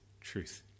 truth